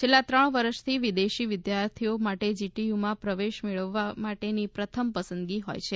છેલ્લા ત્રણ વર્ષથી વિદેશી વિદ્યાર્થીઓ માટે જીટીયુમાં પ્રવેશ મે ળવવા માટેની પ્રથમ પસંદગી હોય છે